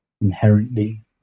inherently